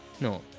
No